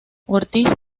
ortiz